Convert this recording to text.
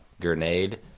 grenade